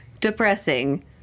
depressing